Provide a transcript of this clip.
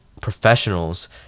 professionals